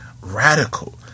radical